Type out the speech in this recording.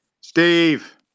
Steve